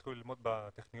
שהתחילו ללמוד בטכניון.